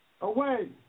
away